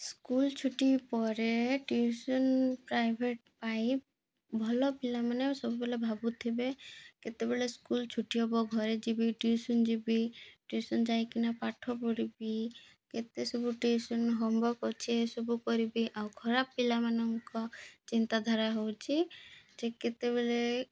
school ଛୁଟି ପରେ tuition private ପାଇଁ ଭଲ ପିଲାମାନେ ସବୁବେଳେ ଭାବୁଥିବେ କେତେବେଳେ ସ୍କୁଲ୍ ଛୁଟି ହବ ଘରେ ଯିବି ଟିଉସନ୍ ଯିବି ଟିଉସନ୍ ଯାଇକିନା ପାଠ ପଢ଼ିବି କେତେ ସବୁ ଟିଉସନ୍ ହୋମ୍ୱାର୍କ ଅଛି ଏସବୁ କରିବି ଆଉ ଖରାପ ପିଲାମାନଙ୍କ ଚିନ୍ତାଧାରା ହେଉଛି ଯେ କେତେବେଳେ